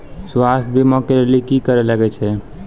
स्वास्थ्य बीमा के लेली की करे लागे छै?